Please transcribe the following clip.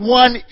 one